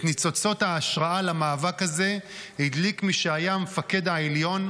את ניצוצות ההשראה למאבק הזה הדליק מי שהיה המפקד העליון,